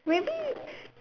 maybe